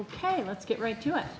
pay let's get right to it